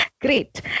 Great